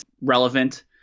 relevant